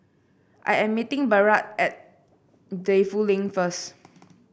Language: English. I am meeting Barrett at Defu Lane first